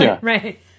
right